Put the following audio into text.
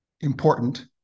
important